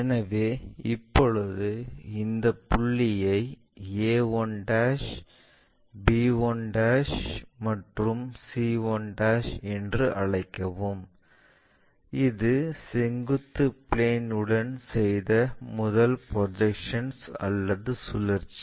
எனவே இப்போது இந்த புள்ளிகளை a1 b1 மற்றும் c1 என்று அழைக்கவும் இது செங்குத்து பிளேன்உடன் செய்த முதல் ப்ரொஜெக்ஷன் அல்லது சுழற்சி